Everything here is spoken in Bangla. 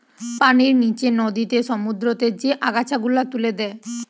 পানির নিচে নদীতে, সমুদ্রতে যে আগাছা গুলা তুলে দে